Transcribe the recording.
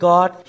God